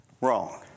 Wrong